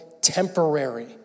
temporary